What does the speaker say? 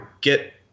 get